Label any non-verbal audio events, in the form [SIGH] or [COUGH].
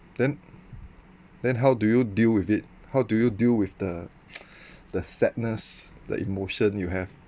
then then how do you deal with it how do you deal with the [NOISE] the sadness the emotion you have